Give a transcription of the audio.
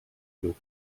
lluc